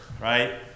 right